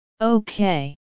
okay